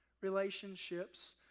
relationships